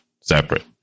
separate